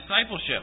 discipleship